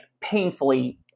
painfully